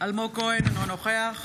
אלמוג כהן, אינו נוכח